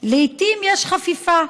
לעיתים יש חפיפה,